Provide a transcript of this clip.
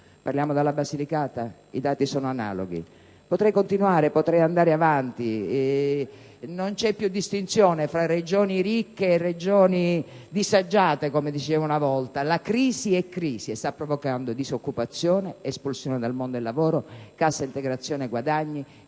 Parliamo della Basilicata? I dati sono analoghi. Potrei continuare, potrei andare avanti. Non c'è più distinzione tra Regioni ricche e Regioni disagiate, come si diceva una volta. La crisi è crisi e sta provocando disoccupazione, espulsione dal mondo del lavoro, cassa integrazione guadagni